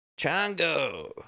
Chango